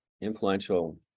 influential